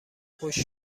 خشک